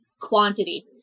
quantity